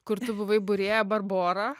kur tu buvai būrėja barbora